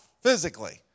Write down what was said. physically